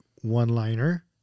one-liner